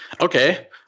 okay